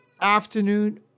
afternoon